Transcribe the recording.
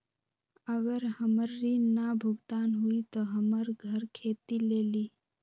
अगर हमर ऋण न भुगतान हुई त हमर घर खेती लेली?